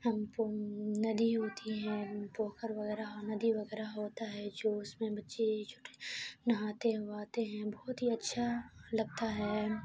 ہم ندی ہوتی ہے پوکھر وغیرہ ندی وغیرہ ہوتا ہے جو اس میں بچے چھوٹے نہاتے اوہاتے ہیں بہت ہی اچھا لگتا ہے